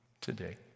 today